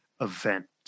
event